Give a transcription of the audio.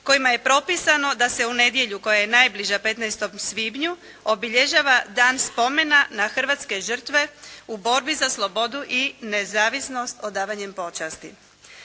kojima je propisano da se u nedjelju koja je najbliža 15. svibnju obilježava Dan spomena na hrvatske žrtve u borbi za slobodu i nezavisnost odavanjem počasti.